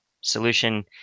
solution